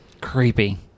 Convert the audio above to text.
Creepy